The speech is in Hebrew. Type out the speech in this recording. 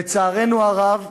לצערנו הרב,